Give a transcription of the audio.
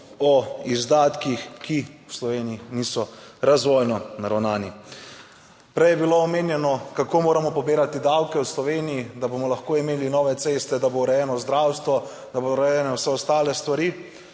o izdatkih, ki v Sloveniji niso razvojno naravnani. Prej je bilo omenjeno, kako moramo pobirati davke v Sloveniji, da bomo lahko imeli nove ceste, da bo urejeno zdravstvo, da bo urejeno vse ostale stvari,